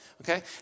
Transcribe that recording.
Okay